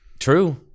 True